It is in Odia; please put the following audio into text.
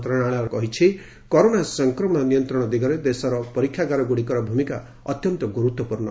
ମନ୍ତ୍ରଣାଳୟ କହିଛି କରୋନା ସଂକ୍ରମଣ ନିୟନ୍ତ୍ରଣ ଦିଗରେ ଦେଶର ପରୀକ୍ଷାଗାରଗୁଡ଼ିକର ଭୂମିକା ଗୁରୁତ୍ୱପୂର୍ଣ୍ଣ